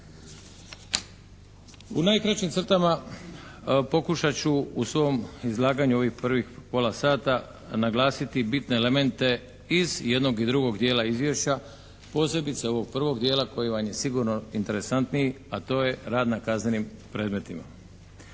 U najkraćim crtama pokušat ću u svom izlaganju ovih prvih pola sata naglasiti bitne elemente iz jednog i drugog dijela izvješća, posebice ovog prvog dijela koji vam je sigurno interesantniji a to je rad na kaznenim predmetima.